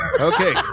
Okay